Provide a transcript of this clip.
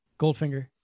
Goldfinger